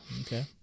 okay